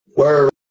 Word